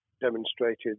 demonstrated